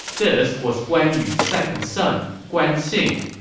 this was guan yu's second son, guan xing.